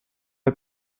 pas